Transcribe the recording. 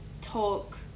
talk